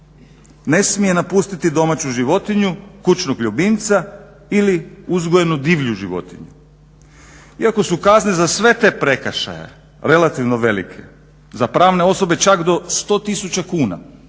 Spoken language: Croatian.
ne smije napustiti domaću životinju, kućnog ljubimca ili uzgojenu divlju životinju. Iako su kazne za sve te prekršaje relativno velike za pravne osobe čak do 100 tisuća kuna,